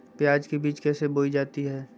प्याज के बीज कैसे बोई जाती हैं?